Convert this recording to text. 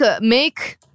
make